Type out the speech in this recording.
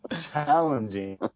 challenging